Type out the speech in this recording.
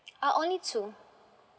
uh only two